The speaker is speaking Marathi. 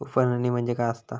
उफणणी म्हणजे काय असतां?